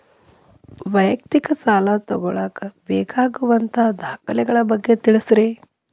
ವೈಯಕ್ತಿಕ ಸಾಲ ತಗೋಳಾಕ ಬೇಕಾಗುವಂಥ ದಾಖಲೆಗಳ ಬಗ್ಗೆ ತಿಳಸ್ರಿ